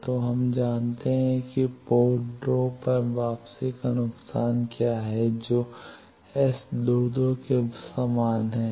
तो हम जानते हैं कि पोर्ट 2 पर वापसी का नुकसान क्या है जो S 22 के समान है